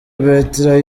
bertrand